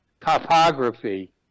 topography